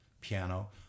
piano